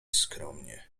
skromnie